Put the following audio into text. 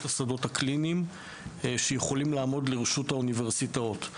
השדות הקליניים שיכולים לעמוד לרשות האוניברסיטאות.